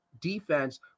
defense